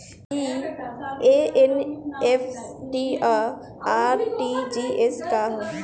ई एन.ई.एफ.टी और आर.टी.जी.एस का ह?